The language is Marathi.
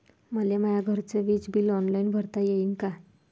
मले माया घरचे विज बिल ऑनलाईन भरता येईन का?